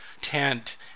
tent